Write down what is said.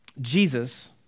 Jesus